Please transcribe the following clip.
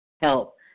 help